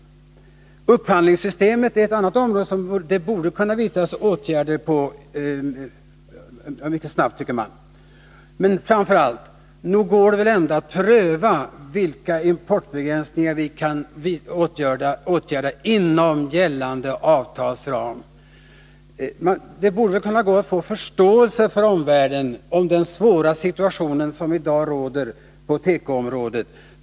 Upphandlingssystemet utgör ett annat område där det borde kunna vidtas åtgärder mycket snabbt. Men framför allt: Nog går det väl ändå att pröva vilka importbegränsningar vi kan införa inom ramen för gällande avtal? Det borde kunna gå att få förståelse från omvärlden för den svåra situation som i dag råder på tekoområdet.